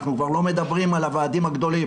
אנחנו כבר לא מדברים על הוועדים הגדולים,